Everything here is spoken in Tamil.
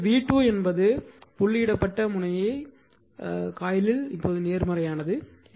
எனவே v2 என்பது புள்ளியிடப்பட்ட முனைய காயிலில் நேர்மறையானது